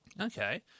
Okay